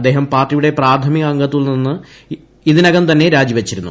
അദ്ദേഹം പാർട്ടിയുടെ പ്രാഥമിക അംഗത്വത്തിൽ നിന്ന് ഇതിനകം തന്നെ രാജി വച്ചിരുന്നു